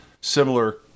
similar